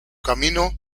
camino